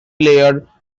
player